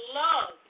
love